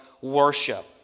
worship